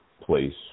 place